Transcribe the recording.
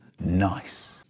Nice